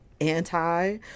anti